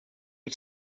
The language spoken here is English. you